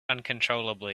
uncontrollably